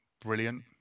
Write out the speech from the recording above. brilliant